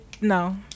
no